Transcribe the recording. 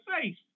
face